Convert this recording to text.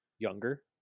younger